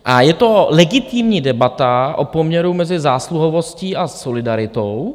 A je to legitimní debata o poměru mezi zásluhovostí a solidaritou.